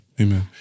amen